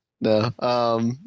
no